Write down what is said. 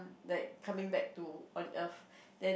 like coming back to on earth then